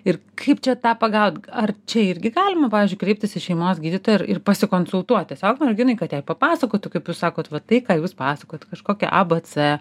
ir kaip čia tą pagaut ar čia irgi galima pavyzdžiui kreiptis į šeimos gydytoją ir ir pasikonsultuot tiesiog merginai kad jai papasakotų kaip jūs sakot va tai ką jūs pasakojat kažkokią a b c